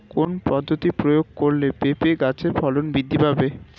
কোন পদ্ধতি প্রয়োগ করলে পেঁপে গাছের ফলন বৃদ্ধি পাবে?